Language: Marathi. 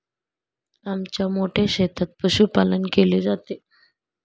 आमच्या मोठ्या शेतात पशुपालन केले जाते